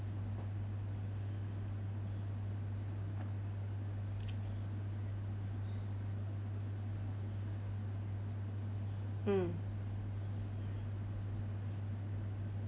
mm